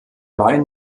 wein